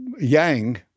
Yang